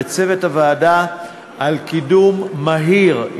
ואת צוות הוועדה על הקידום המהיר,